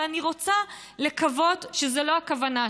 ואני רוצה לקוות שזו לא הכוונה,